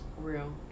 Real